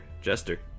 Jester